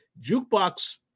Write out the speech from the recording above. Jukebox